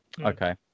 Okay